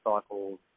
Cycles